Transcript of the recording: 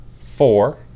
Four